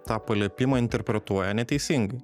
tą paliepimą interpretuoja neteisingai